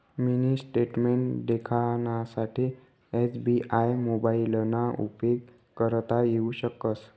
mini statement देखानासाठे SBI मोबाइलना उपेग करता येऊ शकस